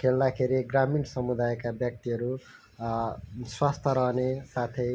खेल्दाखेरि ग्रामीण समुदायको व्यक्तिहरू स्वस्थ रहने साथै